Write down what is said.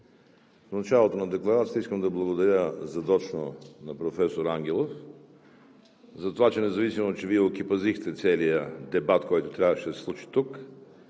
В началото на декларацията искам да благодаря задочно на професор Ангелов, само че Вие окепазихте целия дебат, който трябваше да се случи тук